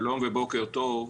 שלום ובוקר טוב.